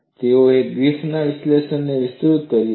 તેઓએ ગ્રિફિથના વિશ્લેષણને વિસ્તૃત કર્યું છે